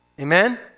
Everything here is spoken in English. Amen